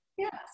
Yes